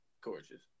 gorgeous